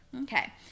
Okay